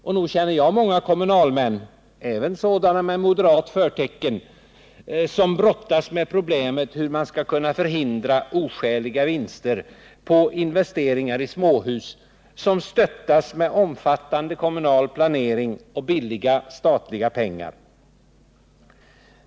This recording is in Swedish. Och nog känner jag många kommunalmän —- även sådana med moderat förtecken — som brottas med problemet hur man skall förhindra oskäliga vinster på investeringar i småhus, som stöttas med omfattande kommunal planering och billiga statliga pengar.